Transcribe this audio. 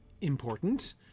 important